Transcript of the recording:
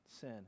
sin